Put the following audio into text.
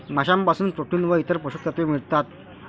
माशांपासून प्रोटीन व इतर पोषक तत्वे मिळतात